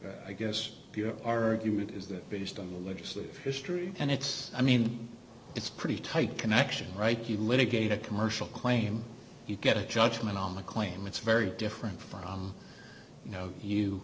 connection i guess your argument is that based on the legislative history and it's i mean it's pretty tight connection right you litigate a commercial claim you get a judgment on the claim it's very different from you know you